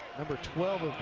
number twelve.